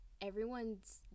everyone's